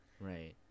Right